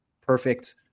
perfect